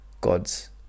God's